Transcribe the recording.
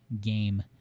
game